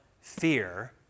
fear